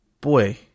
boy